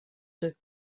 deux